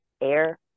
air